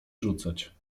rzucać